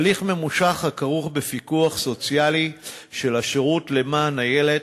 הליך ממושך הכרוך בפיקוח סוציאלי של השירות למען הילד